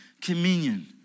communion